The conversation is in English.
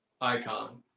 icon